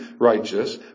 righteous